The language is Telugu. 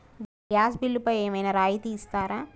గ్యాస్ బిల్లుపై ఏమైనా రాయితీ ఇస్తారా?